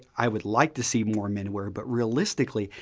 i would like to see more and men wear. but realistically,